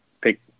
pick